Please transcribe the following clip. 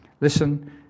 Listen